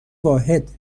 واحد